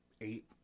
eight